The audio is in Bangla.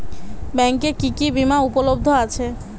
ব্যাংকে কি কি বিমা উপলব্ধ আছে?